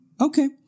Okay